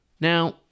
Now